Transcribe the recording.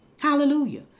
Hallelujah